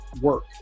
work